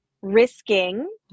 risking